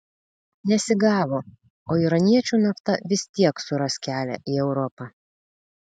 nesigavo o iraniečių nafta vis tiek suras kelią į europą